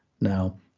Now